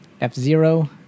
F-Zero